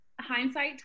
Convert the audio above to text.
hindsight